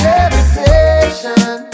Levitation